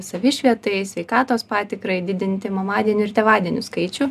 savišvietai sveikatos patikrai didinti mamadienių ir tėvadienių skaičių